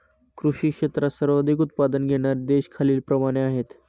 कृषी क्षेत्रात सर्वाधिक उत्पादन घेणारे देश खालीलप्रमाणे आहेत